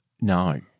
No